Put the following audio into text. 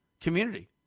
community